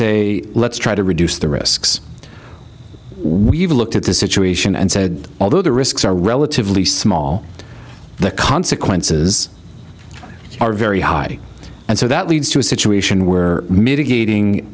say let's try to reduce the risks we've looked at the situation and so although the risks are relatively small the consequences are very high and so that leads to a situation where mitigating